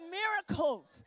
miracles